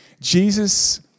Jesus